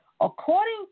According